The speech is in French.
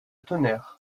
tonnerre